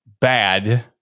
bad